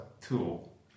tool